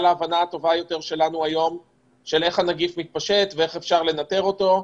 ההבנה הטובה יותר שלנו של איך הנגיף מתפשט ואיך אפשר לנטר אותו.